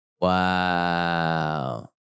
wow